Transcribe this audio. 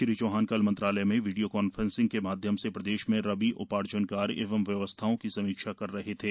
श्री चौहान कल मंत्रालय में वीडियो कॉन्फ्रेंसिंग के माध्यम से प्रदेश में रबी उपार्जन कार्य एवं व्यवस्थाओं की समीक्षा कर रहे थे